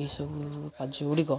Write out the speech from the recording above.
ଏହିସବୁ କାର୍ଯ୍ୟ ଗୁଡ଼ିକ